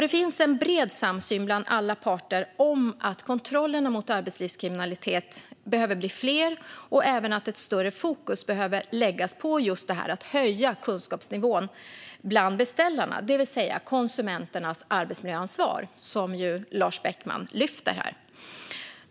Det finns en bred samsyn bland alla parter om att kontroller riktade mot arbetslivskriminalitet behöver bli fler och att ett större fokus behöver läggas just på att höja kunskapsnivån bland beställarna, det vill säga konsumenternas arbetsmiljöansvar, som ju Lars Beckman tar upp här.